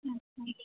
अच्छा